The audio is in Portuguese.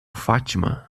fátima